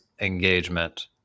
engagement